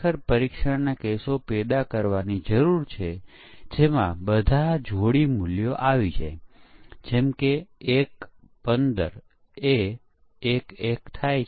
હવે પરીક્ષણ ટીમમાં પરીક્ષકોની વિવિધ કેટેગરીઓ છે જે વિવિધ પ્રવૃત્તિઓ કરે છે